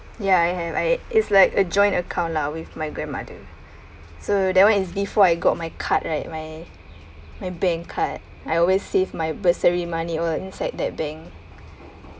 ya I have I it's like a joint account lah with my grandmother so that one is before I got my card right my my bank card I always saved my bursary money oh inside that bank